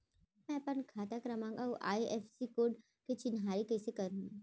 मैं अपन खाता क्रमाँक अऊ आई.एफ.एस.सी कोड के चिन्हारी कइसे करहूँ?